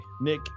Nick